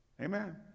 Amen